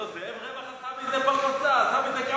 לא, זאב רווח עשה מזה פרנסה, עשה מזה,